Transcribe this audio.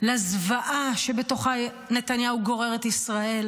לזוועה שבתוכה נתניהו גורר את ישראל,